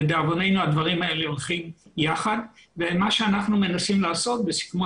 לדאבוננו הדברים האלה הולכים יחד ומה שאנחנו מנסים לעשות בסיכומו